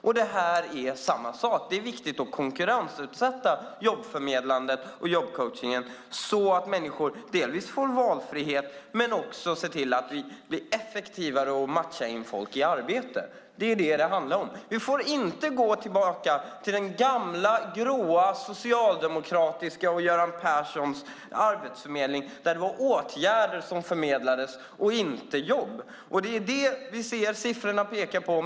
Här ser vi nu samma sak. Det är viktigt att konkurrensutsätta jobbförmedlandet och jobbcoachningen, dels så att människor får valfrihet, dels så att vi blir effektivare i att matcha folk i arbete. Det är detta det handlar om. Vi får inte gå tillbaka till den gamla, gråa socialdemokratiska arbetsförmedlingen som den var på Göran Perssons tid. Där var det åtgärder som förmedlades, inte jobb. Nu ser vi vad siffrorna pekar på.